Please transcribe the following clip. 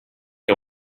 que